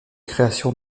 créations